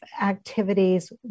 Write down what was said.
activities